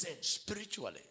Spiritually